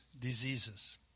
diseases